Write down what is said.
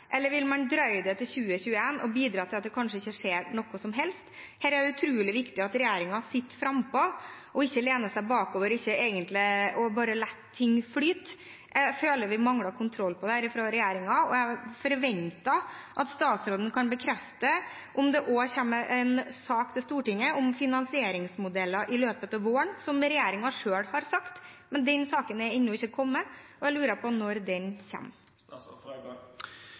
og bidra til at det kanskje ikke skjer noe som helst? Det er utrolig viktig at regjeringen er frampå og ikke lener seg bakover og bare lar ting flyte. Jeg føler at regjeringen mangler kontroll på dette, og jeg forventer at statsråden kan bekrefte om det kommer en sak til Stortinget om finansieringsmodeller i løpet av våren, som regjeringen selv har sagt. Den saken er ennå ikke kommet, og jeg lurer på når den